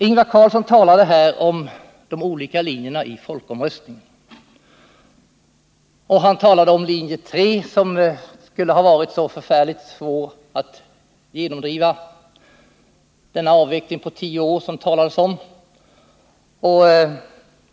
Ingvar Carlsson talade här om de olika linjerna i folkomröstningen. Han talade om linje 3, som skulle ha varit så förfärligt svår när det gäller att genomdriva den avveckling på tio år som det talades om.